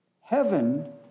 Heaven